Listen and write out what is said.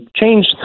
change